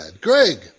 Greg